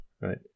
right